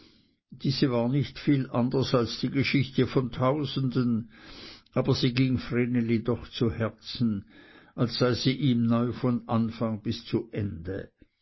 diese war nicht viel anders als die geschichte von tausenden aber sie ging vreneli doch zu herzen als sei sie ihm neu von anfang bis zu ende